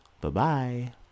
Bye-bye